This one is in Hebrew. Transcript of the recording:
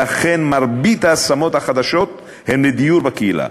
ואכן מרבית ההשמות החדשות הן בדיור בקהילה.